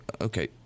okay